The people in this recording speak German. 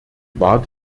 war